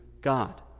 God